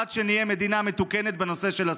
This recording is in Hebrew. עד שנהיה מדינה מתוקנת בנושא של הספורט.